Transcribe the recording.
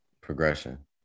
progression